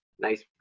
nice